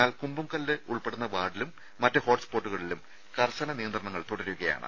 എന്നാൽ കുമ്പംകല്ല് ഉൾപ്പെടുന്ന വാർഡിലും മറ്റ് ഹോട്ട്സ്പോട്ടുകളിലും കർശന നിയന്ത്രണങ്ങൾ തുടരുകയാണ്